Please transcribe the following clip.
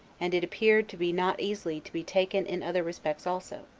and it appeared to be not easily to be taken in other respects also.